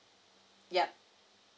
yup